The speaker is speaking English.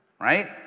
right